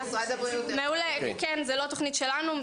זאת לא תוכנית שלנו,